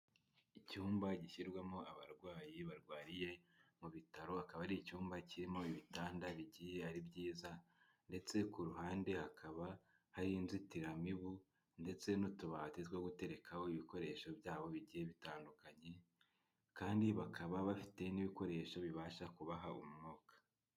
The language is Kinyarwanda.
Icyumba gishyirwamo abarwayi barwariye mu bitaro akaba ari icyumba kirimo ibitanda bigiye ari byiza ndetse ku ruhande hakaba hari inzitiramibu ndetse n'utubati two guterekaho ibikoresho byabo bigiye bitandukanye kandi bakaba bafite n'ibikoresho bibasha kubaha umwuka.